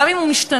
גם אם הוא משתנה.